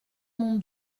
mon